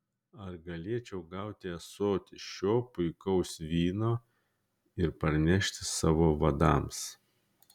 ar galėčiau gauti ąsotį šio puikaus vyno ir parnešti savo vadams